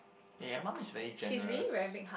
ya your mum is very generous